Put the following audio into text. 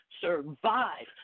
survive